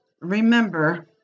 Remember